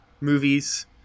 movies